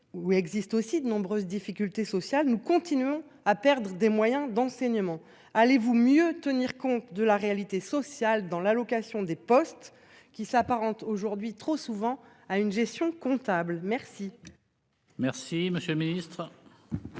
Où il existe aussi de nombreuses difficultés sociales, nous continuons à perdre des moyens d'enseignement. Allez-vous mieux tenir compte de la réalité sociale dans l'allocation des postes qui s'apparente aujourd'hui trop souvent à une gestion comptable. Merci. Merci, monsieur le Ministre.